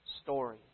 story